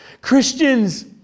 Christians